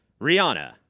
Rihanna